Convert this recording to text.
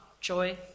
joy